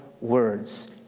words